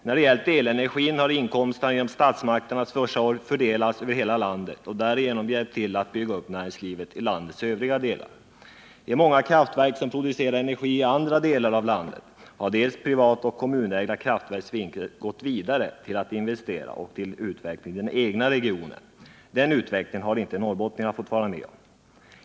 När det gäller elenergin har inkomsterna genom statsmakternas försorg fördelats över hela landet och därigenom hjälpt till att bygga upp näringslivet i landets övriga delar. I många kraftverk som producerar energi i andra delar av landet har privatoch kommunägda kraftverks vinster gått vidare till investeringar och utveckling i den egna regionen. Den utvecklingen har inte norrbottningarna fått vara med om.